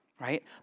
right